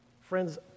Friends